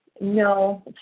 No